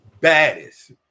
baddest